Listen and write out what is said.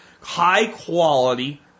High-quality